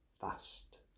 fast